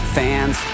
fans